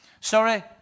Sorry